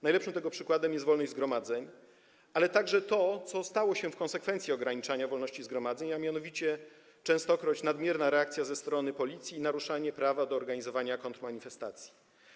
Najlepszym tego przykładem jest wolność zgromadzeń, ale także to, co stało się w konsekwencji ograniczania wolności zgromadzeń, a mianowicie częstokroć nadmierna reakcja ze strony Policji i naruszanie prawa do organizowania kontrmanifestacji.